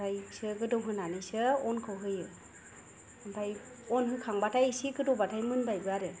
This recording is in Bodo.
ओमफाय बिदिनो गोदौहोनानैसो अनखौ होयो ओमफाय अन होखांबाथाय एसे गोदौबाथाय मोनबायबो आरो